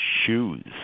shoes